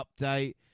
update